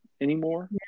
anymore